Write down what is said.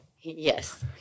Yes